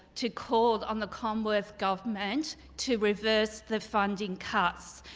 to call on the conworth government to reverse the funding cuts.